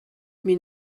mais